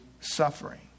suffering